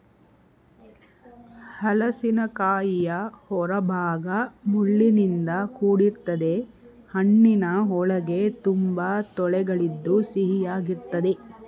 ಹಲಸಿನಕಾಯಿಯ ಹೊರಭಾಗ ಮುಳ್ಳಿನಿಂದ ಕೂಡಿರ್ತದೆ ಹಣ್ಣಿನ ಒಳಗೆ ತುಂಬಾ ತೊಳೆಗಳಿದ್ದು ಸಿಹಿಯಾಗಿರ್ತದೆ